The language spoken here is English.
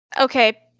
Okay